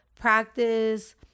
practice